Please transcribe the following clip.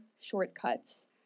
shortcuts